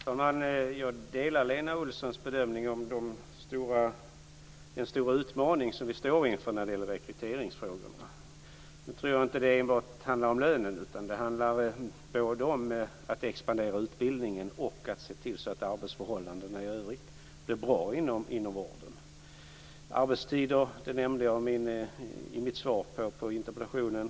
Fru talman! Jag delar Lena Olssons bedömning att det är en stor utmaning som vi står inför när det gäller rekryteringsfrågorna. Jag tror inte att det enbart handlar om lönerna. Det handlar dessutom om att expandera utbildningen och att se till så att arbetsförhållandena i övrigt blir bra inom vården. Jag nämnde arbetstiderna i mitt svar på interpellationen.